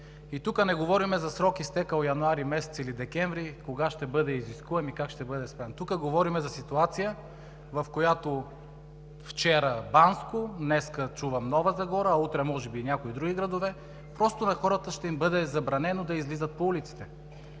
Тук не говорим за срок, изтекъл през януари месец или декември, кога ще бъде изискуем и как ще бъде… Тук говорим за ситуация, в която – вчера Банско, днес чувам Нова Загора, а утре може би някои други градове, просто на хората ще им бъде забранено да излизат по улиците.